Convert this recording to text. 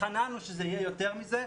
התחננו שיהיה יותר מזה,